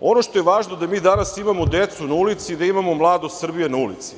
Ono što je važno da mi danas imamo decu na ulici i da imamo mladost Srbije na ulici.